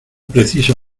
preciso